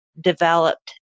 developed